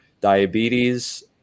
diabetes